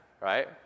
right